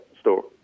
store